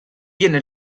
viene